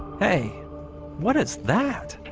hey what is that?